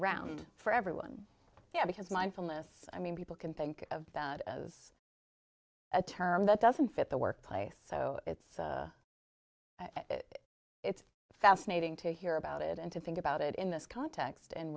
around for everyone yeah because mindfulness i mean people can think of a term that doesn't fit the workplace so it's it's fascinating to hear about it and to think about it in this context and